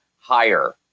higher